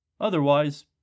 Otherwise